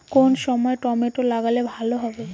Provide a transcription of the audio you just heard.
কোন সময় টমেটো লাগালে ভালো হবে?